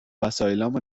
وسایلامو